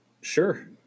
Sure